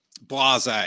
blase